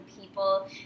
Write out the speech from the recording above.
people